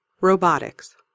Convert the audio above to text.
robotics